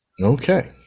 Okay